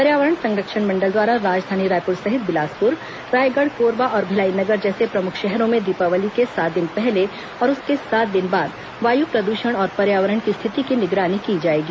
पर्यावरण संरक्षण मंडल द्वारा राजधानी रायपूर सहित बिलासपूर रायगढ़ कोरबा और भिलाई नगर जैसे प्रमुख शहरों में दीपावली के सात दिन पहले और उसके सात दिन बाद वायु प्रदूषण और पर्यावरण की स्थिति की निगरानी की जाएगी